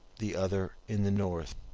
the other in the north.